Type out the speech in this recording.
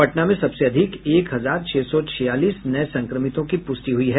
पटना में सबसे अधिक एक हजार छह सौ छियालीस नए संक्रमितों की पुष्टि हुई है